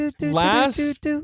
Last